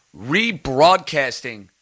rebroadcasting